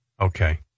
Okay